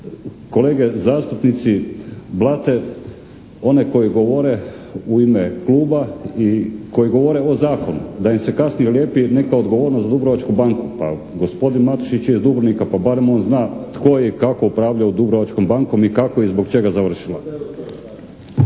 kolege zastupnici blate one koje govore u ime kluba i koji govore o zakonu, da im se kasnije lijepi neka odgovornost za Dubrovačku banku. Pa gospodin Matušić je iz Dubrovnika pa barem on zna tko je i kako upravljao Dubrovačkom bankom i kako je i zbog čega završila.